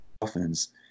dolphins